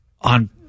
On